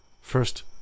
First